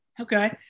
Okay